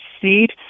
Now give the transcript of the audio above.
seat